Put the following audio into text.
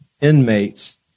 inmates